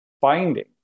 finding